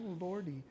Lordy